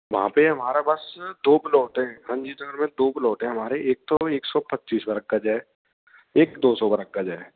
वहाँ पर हमारा बस दो प्लॉट है रंजीत नगर में दो प्लॉट है हमारे एक तो एक सौ पच्चीस वरग गज है एक दो सौ वरग गज है